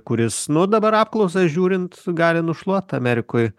kuris nu dabar apklausas žiūrint gali nušluot amerikoj